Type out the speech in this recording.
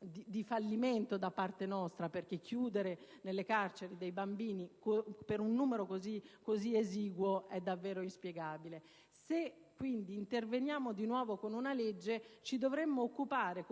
di fallimento da parte nostra, perché chiudere nelle carceri dei bambini in presenza di numeri così esigui è davvero inspiegabile. Se quindi interveniamo di nuovo con una legge ci dovremmo occupare